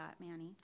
Manny